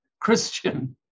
Christian